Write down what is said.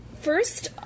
First